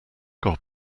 god